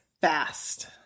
fast